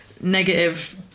negative